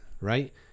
Right